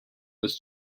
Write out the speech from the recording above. was